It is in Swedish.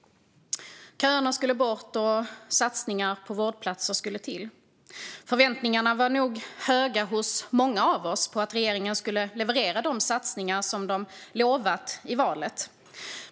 Köerna skulle bort, och satsningar på vårdplatser skulle till. Förväntningarna var nog höga hos många av oss på att regeringen skulle leverera de satsningar som utlovats inför valet.